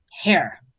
hair